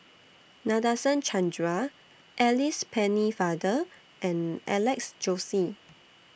Nadasen Chandra Alice Pennefather and Alex Josey